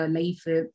life